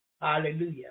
Hallelujah